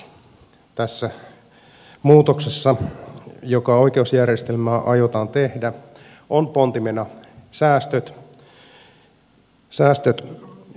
tässä muutoksessa joka oikeusjärjestelmään aiotaan tehdä on pontimena säästöt